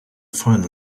final